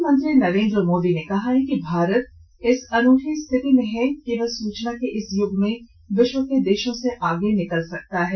प्रधानमंत्री नरेन्द्र मोदी ने कहा है कि भारत इस अनूठी स्थिति में है कि वह सूचना के इस युग में विश्व के देशों से आगे निकल सकता है